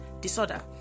disorder